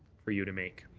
for you to make.